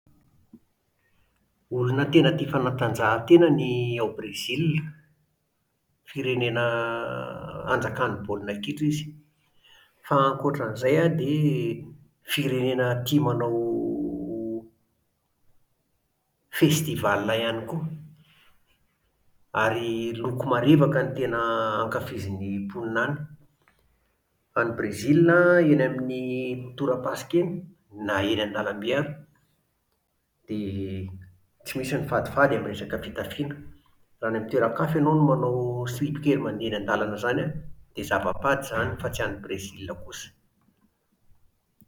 Olona tena tia fanatanjahantena ny ao Brezila. Firenena hanjakan'ny baolina kitra izy. Fa ankoatra an'izay an, dia firenena tia manao festival ihany koa. Ary loko marevaka no tena ankafizin'ny mponina any. Any Brezila an, eny amin'ny torapasika eny, na eny an-dalambe ary, dia tsy misy ny fadifady amin'ny resaka fitafiana. Raha any amin'ny toeran-kafa ianao no manao silipo kely mandeha eny an-dàlana izany an, dia zava-pady izany, fa tsy any Brezila kosa